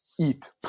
Eat